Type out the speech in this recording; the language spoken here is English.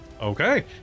Okay